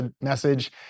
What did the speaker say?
message